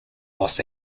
los